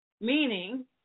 meaning